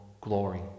glory